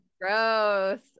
gross